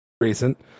recent